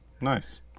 Nice